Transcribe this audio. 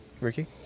Ricky